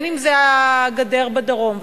אם הגדר בדרום,